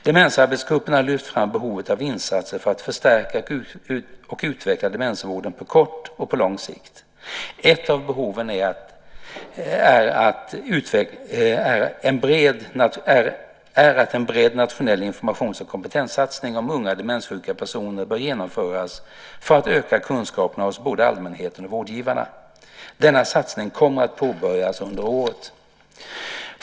Demensarbetsgruppen har lyft fram behov av insatser för att förstärka och utveckla demensvården på kort och lång sikt. Ett av behoven är att en bred nationell informations och kompetenssatsning om unga demenssjuka personer bör genomföras för att öka kunskaperna hos både allmänheten och vårdgivarna. Denna satsning kommer att påbörjas under året.